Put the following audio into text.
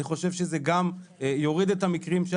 אני חושב שזה גם יוריד את המקרים.